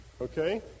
Okay